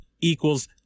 equals